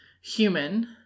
human